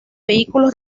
vehículos